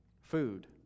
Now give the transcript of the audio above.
food